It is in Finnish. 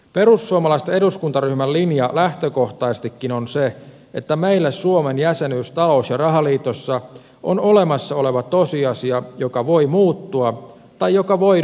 perussuomalaisten eduskuntaryhmän linja lähtökohtaisestikin on se että meille suomen jäsenyys talous ja rahaliitossa on olemassa oleva tosiasia joka voi muuttua tai joka voidaan muuttaa